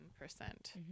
percent